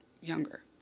younger